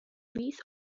lease